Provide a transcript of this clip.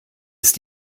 ist